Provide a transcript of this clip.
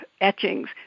etchings